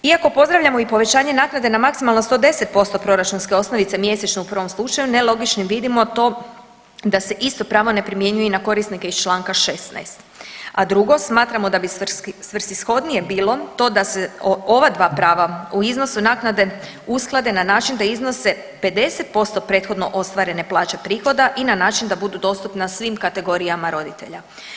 Iako pozdravljamo i povećanje naknade na maksimalno 110% proračunske osnovice mjesečnu u prvom slučaju nelogičnim vidimo to da se isto pravo ne primjenjuje i na korisnike iz Članka 16, a drugo smatramo da bi svrsishodnije bilo to da se ova dva prava o iznosu naknade usklade na način da iznose 50% prethodno ostvarene plaće prihoda i na način da budu dostupna svim kategorijama roditelja.